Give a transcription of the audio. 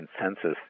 consensus